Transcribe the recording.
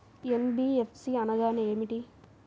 NBFC అనగా ఏమిటీ?